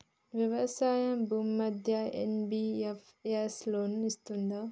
వ్యవసాయం భూమ్మీద NBFS loan ఇస్తదా?